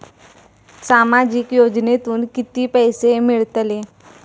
सामाजिक योजनेतून किती पैसे मिळतले?